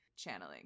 channeling